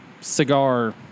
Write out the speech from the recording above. Cigar